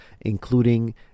including